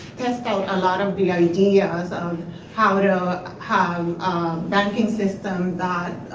tests out a lot of the ideas of how to have banking system,